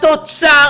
אוצר,